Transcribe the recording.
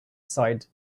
side